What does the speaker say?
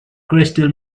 crystal